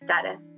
status